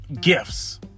Gifts